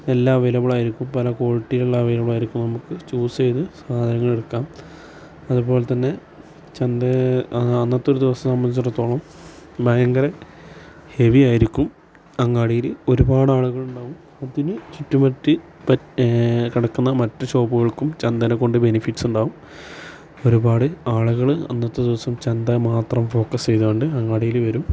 എല്ലാ അവൈലബിളായിരിക്കും പല ക്വാളിറ്റികളിൽ അവൈലബിളായിരിക്കും നമുക്ക് ചൂസ് ചെയ്ത് സാധനങ്ങളെടുക്കാം അതുപോലെ തന്നെ ചന്ത അന്നത്തെ ഒരു ദിവസത്തെ സംബന്ധിച്ചിടത്തോളം ഭയങ്കര ഹെവി ആയിരിക്കും അങ്ങാടിയിൽ ഒരുപാടാളുകളുണ്ടാവും അതിന് ചുറ്റുമറ്റ് കെടക്കുന്ന മറ്റ് ഷോപ്പുകൾക്കും ചന്തേനെകൊണ്ട് ബെനഫിറ്റ്സുണ്ടാകും ഒരുപാട് ആളുകള് അന്നത്തെ ദിവസം ചന്ത മാത്രം ഫോക്കസ് ചെയ്തുകൊണ്ട് അങ്ങാടിയിൽ വരും